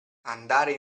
andare